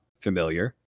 familiar